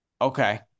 Okay